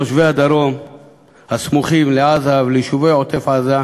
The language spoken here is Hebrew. תושבי הדרום הסמוכים לעזה וליישובי עוטף-עזה,